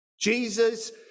Jesus